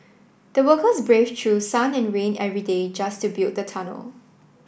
the workers braved through sun and rain every day just to build the tunnel